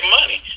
money